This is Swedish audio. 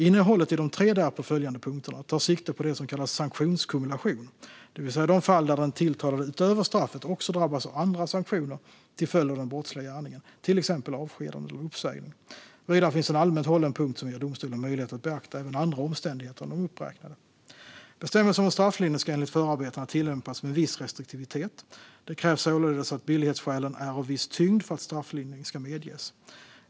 Innehållet i de tre därpå följande punkterna tar sikte på det som kallas sanktionskumulation, det vill säga de fall då den tilltalade utöver straffet också drabbas av andra sanktioner till följd av den brottsliga gärningen, till exempel avskedande eller uppsägning. Vidare finns en allmänt hållen punkt som ger domstolen möjlighet att beakta även andra omständigheter än de uppräknade. Bestämmelsen om strafflindring ska enligt förarbetena tillämpas med viss restriktivitet. Det krävs således att billighetsskälen är av viss tyngd för att strafflindring ska medges.